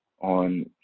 on